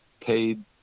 Paid